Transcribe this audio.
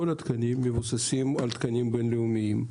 כל התקנים מבוססים על תקנים בין-לאומיים.